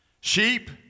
Sheep